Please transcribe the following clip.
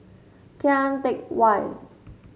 Kian Teck Way